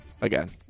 Again